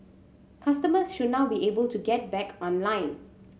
customers should now be able to get back online